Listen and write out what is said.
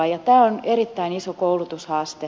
tämä on erittäin iso koulutushaaste